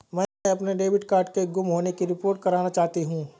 मैं अपने debit card के गुम होने की रिपोर्ट करना चाहती हूँ